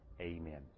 Amen